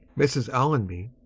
mrs. allonby.